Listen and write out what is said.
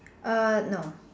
err no